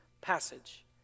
passage